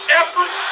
effort